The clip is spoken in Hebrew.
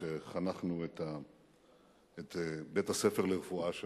כשחנכנו את בית-הספר לרפואה שם.